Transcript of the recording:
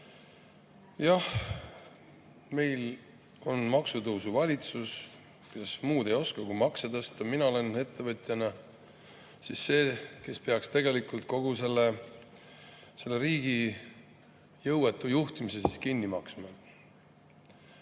Jah, meil on maksutõusu valitsus, kes muud ei oska kui makse tõsta. Mina olen ettevõtjana siis see, kes peaks tegelikult kogu selle riigi jõuetu juhtimise kinni maksma.